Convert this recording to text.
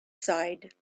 side